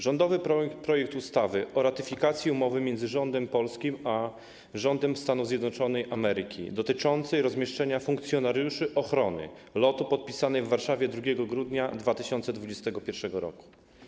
Rządowy projekt ustawy o ratyfikacji Umowy między Rządem Polskim a Rządem Stanów Zjednoczonych Ameryki dotyczącej rozmieszczenia funkcjonariuszy ochrony lotu, podpisanej w Warszawie 2 grudnia 2021 r.